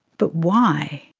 but why?